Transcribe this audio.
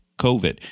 COVID